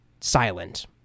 silent